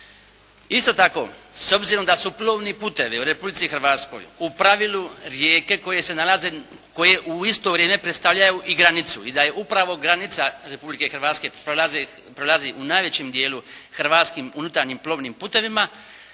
Isto tako, s obzirom da su plovni putevi u Republici Hrvatskoj u pravilu rijeke koje se nalaze, koje u isto vrijeme predstavljaju i granicu i da je upravo granica Republike Hrvatske prelazi u najvećem dijelu hrvatskim unutarnjim plovnim putevima